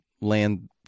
land